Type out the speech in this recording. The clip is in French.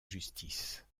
justice